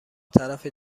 طرف